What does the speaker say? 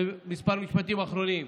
כמה משפטים אחרונים.